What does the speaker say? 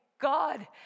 God